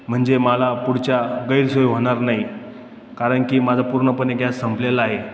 म्हणजे मला पुढच्या गैरसोय होणार नाही कारण की माझा पूर्णपणे एक गॅस संपलेला आहे